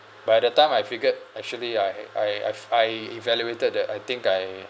by the time I figured actually I ha~ I I've I evaluated that I think I